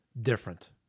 different